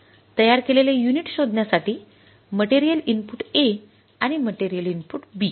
तयार केलेले युनिट शोधण्यासाठी मटेरियल इनपुट A आणि मटेरियल इनपुट B